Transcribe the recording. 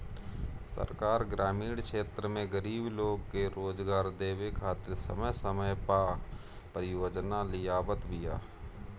सरकार ग्रामीण क्षेत्र में गरीब लोग के रोजगार देवे खातिर समय समय पअ परियोजना लियावत बिया